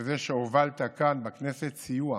ואת זה שהובלת כאן בכנסת סיוע,